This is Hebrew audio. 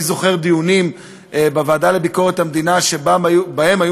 אני זוכר דיונים בוועדה לביקורת המדינה שבהם היו